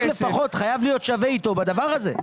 החוק לפחות חייב להיות שווה איתו בדבר הזה.